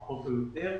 פחות או יותר,